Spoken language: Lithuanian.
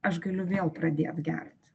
aš galiu vėl pradėt gert